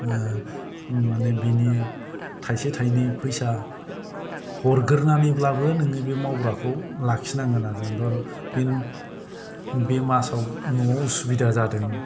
माने बिनि थायसे थायनै फैसा हरगोरनानैब्लाबो नोङो बे मावग्राखौ लाखिनांगोन आरो धर बि बे मासाव न'आव असुबिदा जादों